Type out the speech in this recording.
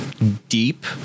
Deep